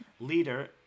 leader